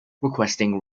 requesting